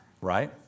Right